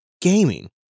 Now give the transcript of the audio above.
gaming